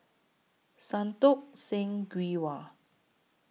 Santokh Singh Grewal